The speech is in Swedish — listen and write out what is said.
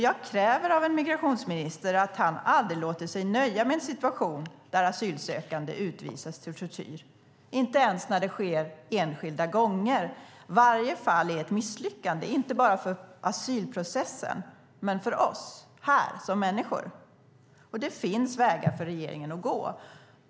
Jag kräver av migrationsministern att han aldrig låter sig nöja med en situation där asylsökande utvisas till tortyr, inte ens om det sker enstaka gånger. Varje fall är ett misslyckande, inte bara för asylprocessen utan också för oss här som människor. Och det finns vägar för regeringen att gå.